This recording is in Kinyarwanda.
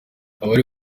abari